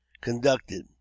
conducted